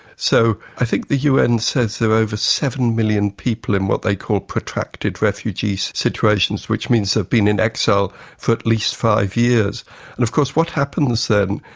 so i think the un says there are over seven million people in what they call protracted refugee situations, which means they've been in exile for at least five years. and of course what happens then,